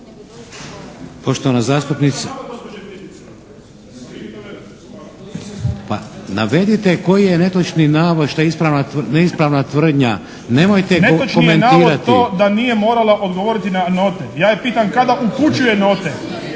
Vladimir (HDZ)** Pa navedite koji je netočni navod, što je neispravna tvrdnja. Nemojte komentirati. **Tadić, Tonči (HSP)** Netočni je navod da nije morala odgovoriti na note. Ja je pitam kada upućuje note.